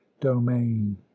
domain